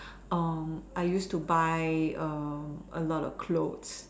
um I used to buy um a lot of clothes